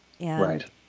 Right